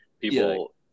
people